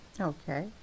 Okay